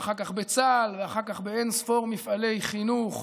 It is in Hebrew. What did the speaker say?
ואחר כך בצה"ל ואחר כך באין-ספור מפעלי חינוך